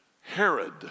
Herod